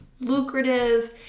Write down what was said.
lucrative